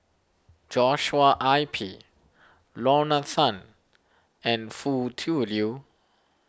Joshua I P Lorna Tan and Foo Tui Liew